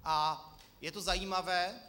A je to zajímavé.